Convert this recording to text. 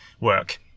work